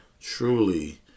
truly